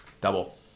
Double